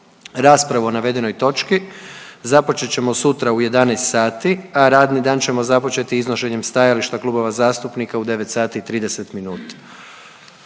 Raspravu o navedenoj točki započet ćemo sutra u 11,00 sati, a radni dan ćemo započeti iznošenjem stajališta klubova zastupnika u 9